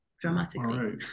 dramatically